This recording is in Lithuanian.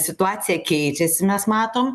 situacija keičiasi mes matom